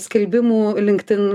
skelbimų linkedin